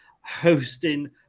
hosting